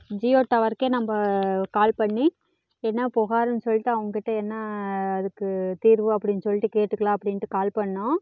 ஜியோ டவருக்கே நம்ம கால் பண்ணி என்ன புகாருன்னு சொல்லிட்டு அவங்கக்கிட்ட என்ன அதுக்கு தீர்வு அப்படின்னு சொல்லிட்டு கேட்டுக்கலாம் அப்படின்ட்டு கால் பண்ணுணோம்